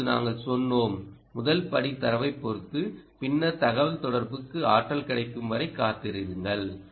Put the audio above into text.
இப்போது நாங்கள் சொன்னோம் முதல் படி தரவைப் பெறுவது பின்னர் தகவல்தொடர்புக்கு ஆற்றல் கிடைக்கும் வரை காத்திருங்கள்